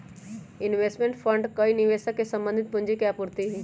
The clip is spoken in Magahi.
इन्वेस्टमेंट फण्ड कई निवेशक से संबंधित पूंजी के आपूर्ति हई